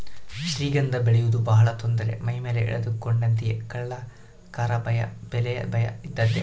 ಶ್ರೀಗಂಧ ಬೆಳೆಯುವುದು ಬಹಳ ತೊಂದರೆ ಮೈಮೇಲೆ ಎಳೆದುಕೊಂಡಂತೆಯೇ ಕಳ್ಳಕಾಕರ ಭಯ ಬೆಲೆಯ ಭಯ ಇದ್ದದ್ದೇ